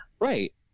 Right